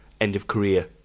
end-of-career